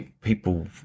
people